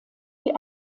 die